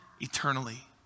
eternally